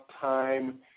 time